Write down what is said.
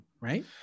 right